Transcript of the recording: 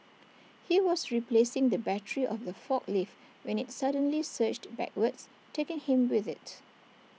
he was replacing the battery of the forklift when IT suddenly surged backwards taking him with IT